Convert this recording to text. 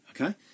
okay